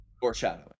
Foreshadowing